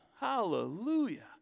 Hallelujah